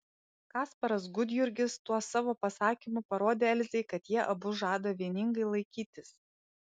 kasparas gudjurgis tuo savo pasakymu parodė elzei kad jie abu žada vieningai laikytis